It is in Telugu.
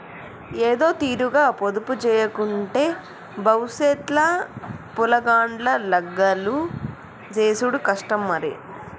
ఏదోతీరుగ పొదుపుజేయకుంటే బవుసెత్ ల పొలగాండ్ల లగ్గాలు జేసుడు కష్టం మరి